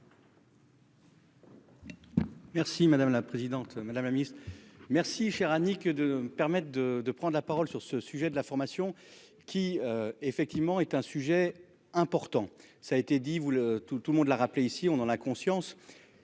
Merci madame la présidente, madame la Ministre. Merci cher Annick de permettent de de prendre la parole sur ce sujet de la formation qui. Effectivement, est un sujet important, ça a été dit vous le tout tout le monde l'a rappelé ici on en a conscience.